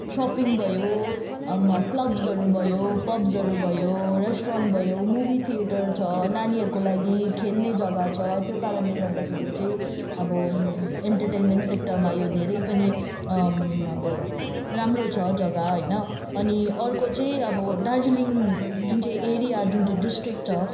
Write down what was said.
shopping भयो क्लब्सहरू भयो पब्सहरू भयो रेस्टुरेन्ट भयो मुवी थिएटरहरू छ नानीहरूको लागि खेल्ने जग्गा छ त्यो कारणले गर्दाखेरि चाहिँ अब इन्टरटेनमेन्ट सेक्टरमा यो धेरै पनि अब राम्रो छ जग्गा होइन अनि अर्को चाहिँ अब दार्जिलिङ जुन चाहिँ एरिया जुन चाहिँ डिस्ट्रिक छ